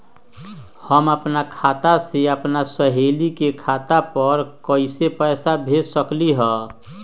हम अपना खाता से अपन सहेली के खाता पर कइसे पैसा भेज सकली ह?